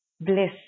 bliss